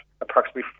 approximately